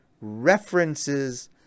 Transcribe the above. references